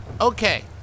Okay